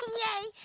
yay!